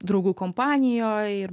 draugų kompanijoj ir